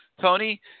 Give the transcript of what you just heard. tony